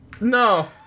No